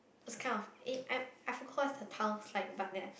this kind of eh I I forgot what's the tiles like but ya